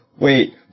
wait